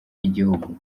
igihugu